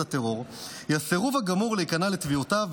טרור היא הסירוב הגמור להיכנע לתביעותיו,